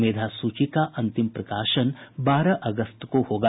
मेधा सूची का अंतिम प्रकाशन बारह अगस्त को होगा